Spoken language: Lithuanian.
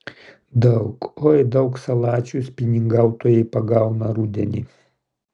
daug oi daug salačių spiningautojai pagauna rudenį